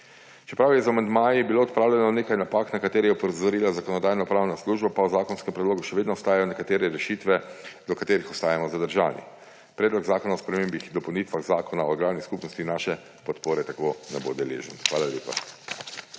Čeprav je z amandmaji bilo odpravljeno nekaj napak, na katere je opozorila Zakonodajno-pravna služba, pa v zakonskem predlogu še vedno ostajajo nekatere rešitve, do katerih ostajamo zadržani. Predlog zakona o spremembah in dopolnitvah Zakona o agrarnih skupnostih naše podpore tako ne bo deležen. Hvala lepa.